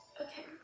Okay